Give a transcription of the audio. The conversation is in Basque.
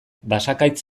basakaitz